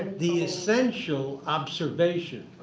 the essential observation.